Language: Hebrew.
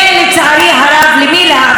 למי להעביר את הסמכויות,